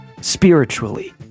spiritually